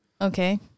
Okay